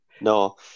no